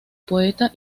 poeta